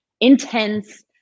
intense